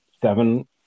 seven